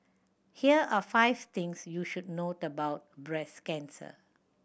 here are five things you should note about breast cancer